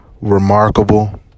remarkable